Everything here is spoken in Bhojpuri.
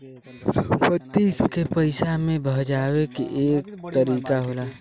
संपत्ति के पइसा मे भजावे क एक तरीका होला